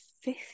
fifth